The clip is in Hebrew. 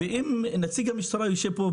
נציג המשטרה יושב פה,